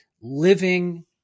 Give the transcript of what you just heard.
living